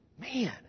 Man